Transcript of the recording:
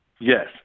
Yes